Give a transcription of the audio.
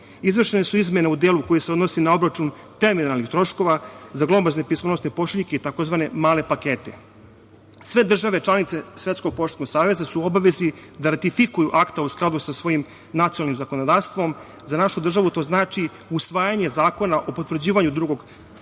Izvršene su izmene u delu koje se odnose na obračun terminalnih troškova za glomazne pismonosne pošiljke tzv. male pakete. Sve države članice Svetskog poštanskog saveza su u obavezi da ratifikuju akta u skladu sa svojim nacionalnim zakonodavstvom. Za našu državu to znači usvajanje zakona o potvrđivanju Drugog dodatnog